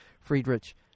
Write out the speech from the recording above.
Friedrich